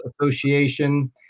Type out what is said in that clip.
Association